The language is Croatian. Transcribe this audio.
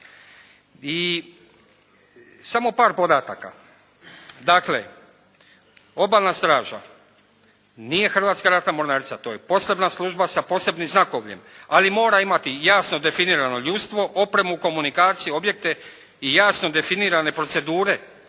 I samo par podataka. Dakle Obalna straža nije Hrvatska ratna mornarica. To je posebna služba, sa posebnim znakovljem, ali mora imati jasno definirano ljudstvo, opremu, komunikaciju, objekte i jasno definirane procedure